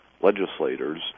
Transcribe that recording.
legislators